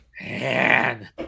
Man